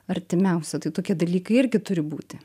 artimiausia tokie dalykai irgi turi būti